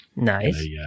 Nice